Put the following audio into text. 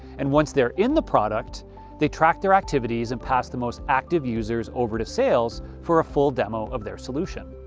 and once they're in the product they track their activities and pass the most active users over to sales for a full demo of their solution.